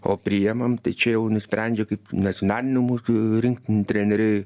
o priimam tai čia jau nusprendžia kaip nacionalinių mūsų rinktinių treneriai